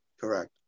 Correct